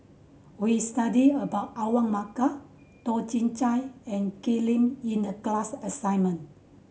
we studied about Awang Bakar Toh Chin Chye and Ken Lim in the class assignment